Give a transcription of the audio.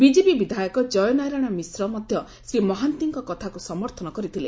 BJP ବିଧାୟକ ଜୟ ନାରାୟଶ ମିଶ୍ର ମଧ୍ୟ ଶ୍ରୀ ମହାନ୍ତିଙ୍କ କଥାକୁ ସମର୍ଥନ କରିଥିଲେ